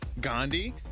Gandhi